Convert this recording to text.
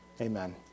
Amen